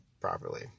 properly